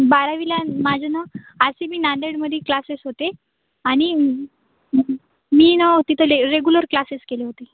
बारावीला माझं ना आर सी बी नांदेडमध्ये क्लासेस होते आणि मी ना तिथले रेग्युलर क्लासेस केले होते